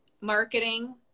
marketing